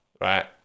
right